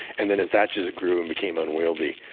and then as that just grew and became unwieldy,